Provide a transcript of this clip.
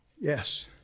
yes